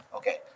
Okay